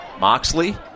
Moxley